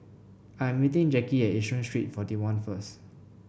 I'm meeting Jackie at Yishun Street Forty one first